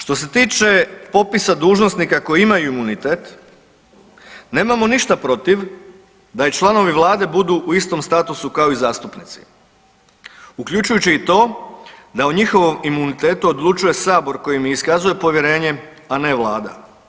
Što se tiče popisa dužnosnika koji imaju imunitet nemamo ništa protiv da i članovi vlade budu u istom statusu kao i zastupnici uključujući i to da o njihovom imunitetu odlučuje sabor koji im iskazuje povjerenje, a ne vlada.